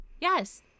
yes